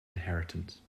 inheritance